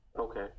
Okay